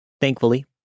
Thankfully